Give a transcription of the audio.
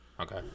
Okay